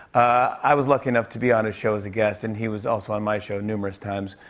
i was lucky enough to be on his show as a guest, and he was also on my show numerous times.